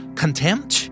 contempt